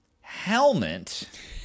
helmet